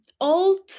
old